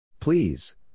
Please